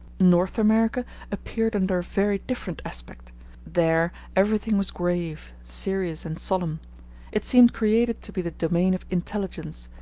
north america appeared under a very different aspect there everything was grave, serious, and solemn it seemed created to be the domain of intelligence,